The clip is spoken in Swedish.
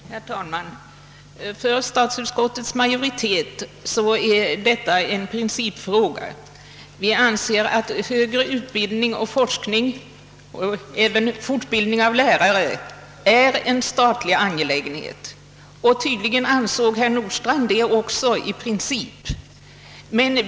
Herr talman! För statsutskottets majoritet är detta en principfråga. Vi anser att högre utbildning, forskning och fortbildning av lärare är en statlig angelägenhet — tydligen ansåg herr Nordstrandh det också i princip.